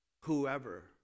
whoever